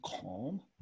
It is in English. calm